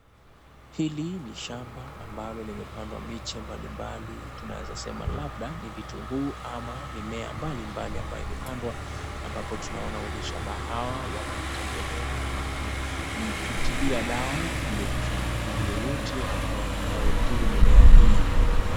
Hili ni shamba ambalo limepandwa miche mbalimbali tunaeza labda ni vitunguu ama ni mimea mbali mbali ambayo imepandwa, ambapo tunaona wenye shamba hawa wanalitegemea na kulipitilia dawa kiliepusha na wadudu wowote ambao watakao dhuru mimea hii.